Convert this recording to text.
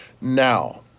Now